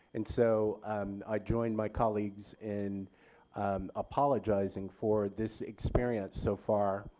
and so um i join my colleagues in apologizing for this experience so far.